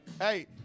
Hey